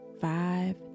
five